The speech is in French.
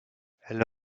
elle